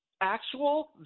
actual